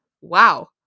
Wow